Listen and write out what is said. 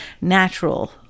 natural